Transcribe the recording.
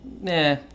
Nah